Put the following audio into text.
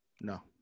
No